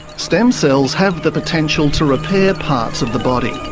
stem cells have the potential to repair parts of the body.